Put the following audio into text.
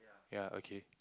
ya okay